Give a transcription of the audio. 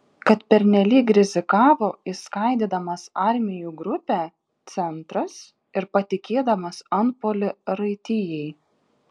kad pernelyg rizikavo išskaidydamas armijų grupę centras ir patikėdamas antpuolį raitijai